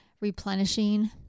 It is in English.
replenishing